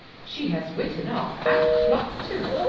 she has wit enough and pluck too.